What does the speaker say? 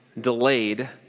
delayed